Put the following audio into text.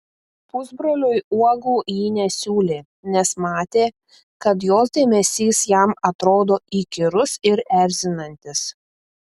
pusbroliui uogų ji nesiūlė nes matė kad jos dėmesys jam atrodo įkyrus ir erzinantis